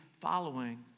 following